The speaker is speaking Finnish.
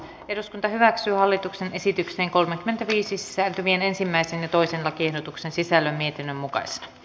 eduskunta hyväksyy hallituksen esityksen kolmekymmentäviisissä kävin ensimmäisen ja toisen lakiehdotuksen sisällön mietinnön mukaisena